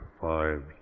five